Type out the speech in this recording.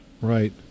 Right